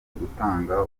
gutanga